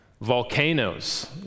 Volcanoes